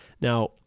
Now